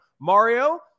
Mario